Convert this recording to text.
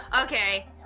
Okay